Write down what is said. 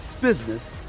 business